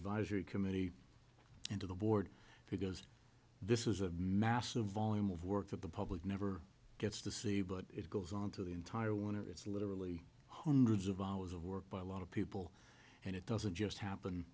advisory committee and to the board because this is a massive volume of work that the public never gets to see but it goes on to the entire one of it's literally hundreds of hours of work by a lot of people and it doesn't just happen